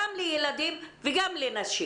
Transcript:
גם ילדים וגם נשים?